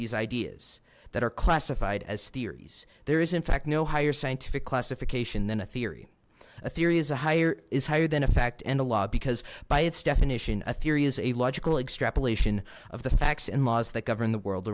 these ideas that are classified as theories there is in fact no higher scientific classification than a theory a theory is a higher is higher than a fact and a law because by its definition a theory is a logical extrapolation of the facts and laws that govern the world